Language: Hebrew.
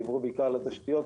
דיברו בעיקר על התשתיות,